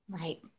Right